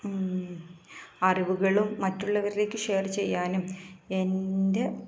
അറിവുകളും മറ്റുള്ളവരിലേക്ക് ഷെയർ ചെയ്യാനും എൻ്റെ